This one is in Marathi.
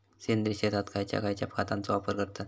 सेंद्रिय शेतात खयच्या खयच्या खतांचो वापर करतत?